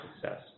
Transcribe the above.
success